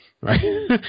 Right